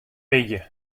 middei